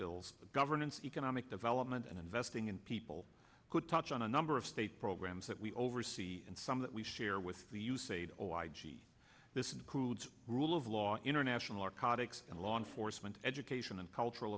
bills of governance economic development and investing in people could touch on a number of state programs that we over and some that we share with you say this includes rule of law international our conduct of law enforcement education and cultural